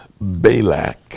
Balak